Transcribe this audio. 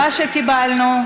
התשובה שקיבלנו,